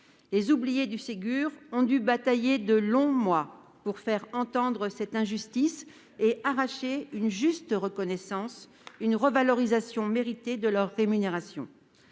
Les oubliés du Ségur ont dû batailler pendant de longs mois pour faire entendre cette injustice et arracher une juste reconnaissance et une revalorisation méritée de leur rémunération.